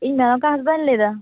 ᱤᱧ ᱢᱮᱱᱚᱠᱟ ᱦᱟᱸᱥᱫᱟᱧ ᱞᱟ ᱭᱮᱫᱟ